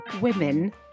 women